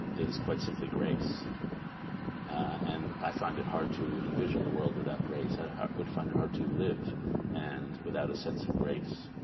is quite simply grace and i find it hard to envision the world without grace i would find it hard to live and without a sense of grace